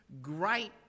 great